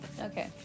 Okay